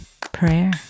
prayer